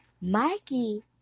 Mikey